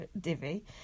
divvy